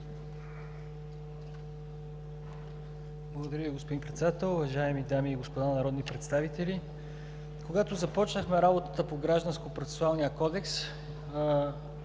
Благодаря Ви, господин Председател. Уважаеми дами и господа народни представители, когато започнахме работата по Гражданско-процесуалния кодекс